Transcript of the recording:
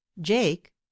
jake